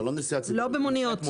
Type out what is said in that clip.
לא במוניות.